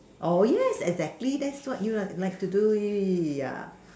oh yes exactly that's what you like to do ya